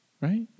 Right